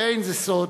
ואין זה סוד,